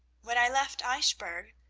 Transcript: when i left eichbourg,